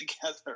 together